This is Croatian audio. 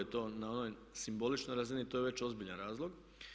To na onoj simboličnoj razini to je već ozbiljan razlog.